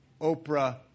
Oprah